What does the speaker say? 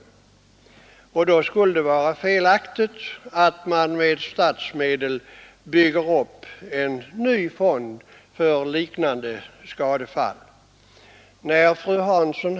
Det skulle Onsdagen den då vara felaktigt att med statsmedel bygga upp en ny fond för liknande Gidösstöbek1972 skadefall.